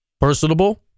personable